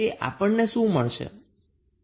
તે હવે આપણે જોઈએ